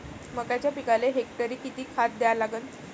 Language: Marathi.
मक्याच्या पिकाले हेक्टरी किती खात द्या लागन?